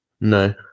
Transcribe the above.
No